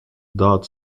dodd